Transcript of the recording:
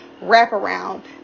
wraparound